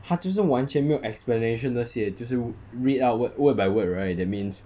他就是完全没有 explanation 那些就是 read out wor~ word by word right that means